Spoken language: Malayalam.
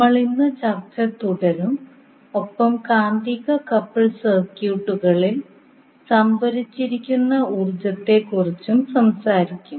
നമ്മൾ ഇന്ന് ചർച്ച തുടരും ഒപ്പം കാന്തിക കപ്പിൾഡ് സർക്യൂട്ടുകളിൽ സംഭരിച്ചിരിക്കുന്ന ഊർജ്ജത്തെക്കുറിച്ചും സംസാരിക്കും